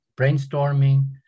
brainstorming